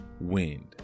wind